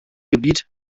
gebiet